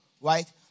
Right